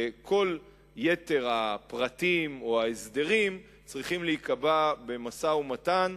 וכל יתר הפרטים או ההסדרים צריכים להיקבע במשא-ומתן,